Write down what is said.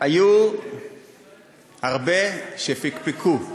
היו הרבה שפקפקו.